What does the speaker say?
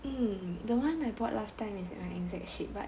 hmm the [one] I bought last time is my exact shape but